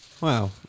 Wow